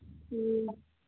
ꯎꯝ